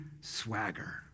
swagger